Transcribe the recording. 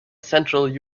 central